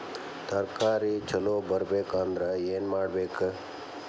ತರಕಾರಿ ಛಲೋ ಬರ್ಬೆಕ್ ಅಂದ್ರ್ ಏನು ಮಾಡ್ಬೇಕ್?